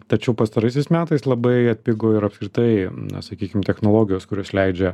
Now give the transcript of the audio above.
tačiau pastaraisiais metais labai atpigo ir apskritai na sakykim technologijos kurios leidžia